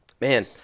Man